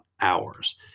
hours